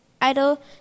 idle